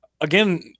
again